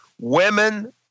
women